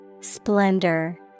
Splendor